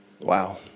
Wow